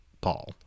Paul